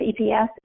EPS